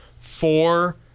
four